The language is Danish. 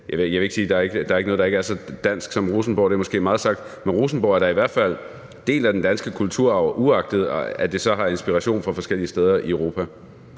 Jeg vil ikke sige, at der ikke er noget, der er så dansk som Rosenborg, for det er måske for meget sagt, men Rosenborg er da i hvert fald en del af den danske kulturarv, uagtet at det så har inspiration fra forskellige steder i Europa.